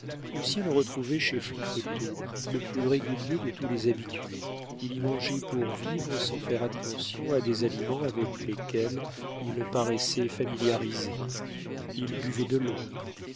esclaves lucien le retrouvait chez flicoteaux le plus régulier de tous les habitués il y mangeait pour vivre sans faire attention à des aliments avec lesquels il paraissait familiarisé il buvait de l'eau